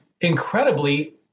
incredibly